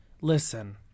listen